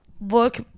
Look